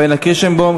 פניה קירשנבאום.